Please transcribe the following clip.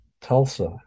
Tulsa